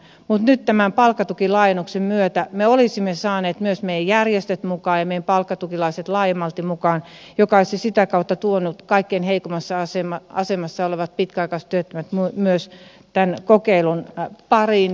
mutta nyt tämän palkkatukilaajennuksen myötä me olisimme saaneet myös meidän järjestöt mukaan ja meidän palkkatukilaiset laajemmalti mukaan mikä olisi sitä kautta tuonut myös kaikkein heikoimmassa asemassa olevat pitkäaikaistyöttömät tämän kokeilun pariin